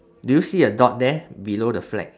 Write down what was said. do you see a dot there below the flag